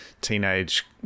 teenage